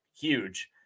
huge